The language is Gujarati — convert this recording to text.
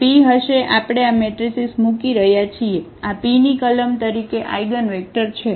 તેથીpહશે આપણે આ મેટ્રિસીસ મૂકી રહ્યા છીએ આ p ની કલમ તરીકે આઇગનવેક્ટર છે